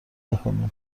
نکنین